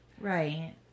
Right